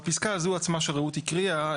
בפסקה מה שרעות הקריאה,